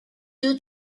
due